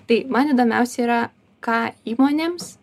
tai man įdomiausia yra ką įmonėms